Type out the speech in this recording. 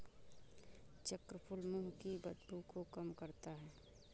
चक्रफूल मुंह की बदबू को कम करता है